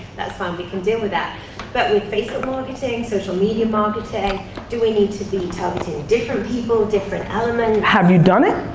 that's fine, we can deal with that but with facebook marketing, social media marketing do we need to be targeting different people, different elements have you done it?